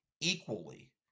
equally